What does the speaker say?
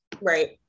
Right